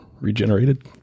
regenerated